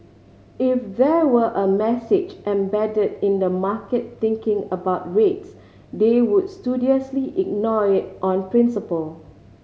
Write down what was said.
if there were a message embedded in the market thinking about rates they would studiously ignore it on principle